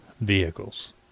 vehicles